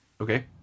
Okay